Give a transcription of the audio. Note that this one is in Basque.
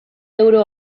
euro